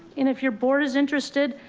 and if your board is interested,